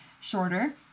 shorter